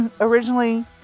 originally